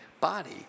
body